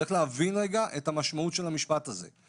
צריך להבין רגע את המשמעות של המשפט הזה.